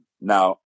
Now